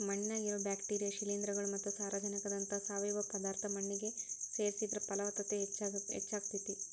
ಮಣ್ಣಿನ್ಯಾಗಿರೋ bacteria, ಶಿಲೇಂಧ್ರಗಳು ಮತ್ತ ಸಾರಜನಕದಂತಹ ಸಾವಯವ ಪದಾರ್ಥ ಮಣ್ಣಿಗೆ ಸೇರಿಸಿದ್ರ ಪಲವತ್ತತೆ ಹೆಚ್ಚಾಗ್ತೇತಿ